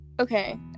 Okay